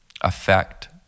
affect